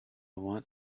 want